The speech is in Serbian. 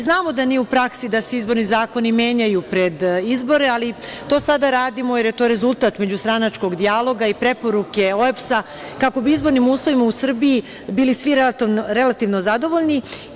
Znamo da nije u praksi da se izborni zakoni menjaju pred izbore, ali to sada radimo jer je to rezultat međustranačkog dijaloga i preporuke OEBS-a, kako bi izbornim uslovima u Srbiji bili svi relativno zadovoljni.